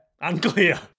Unclear